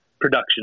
production